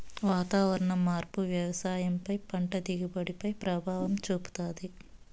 వాతావరణ మార్పు వ్యవసాయం పై పంట దిగుబడి పై ప్రభావం చూపుతాది